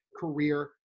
career